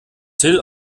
till